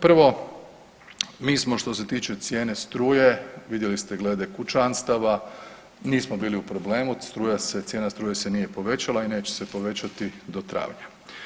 Prvo mi smo što se tiče cijene struje, vidjeli ste glede kućanstava, mi smo bili u problemu, cijena struje se nije povećala i neće se povećati do travnja.